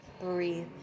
breathe